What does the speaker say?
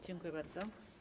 Dziękuję bardzo.